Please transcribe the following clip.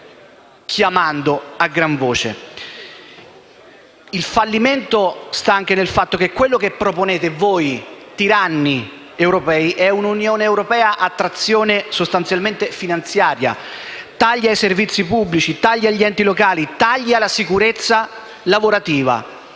Il fallimento sta anche nel fatto che quello che proponete voi, tiranni europei, è un'Unione europea a trazione sostanzialmente finanziaria: tagli ai servizi pubblici, tagli agli enti locali e alla sicurezza lavorativa,